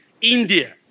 India